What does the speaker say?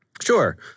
Sure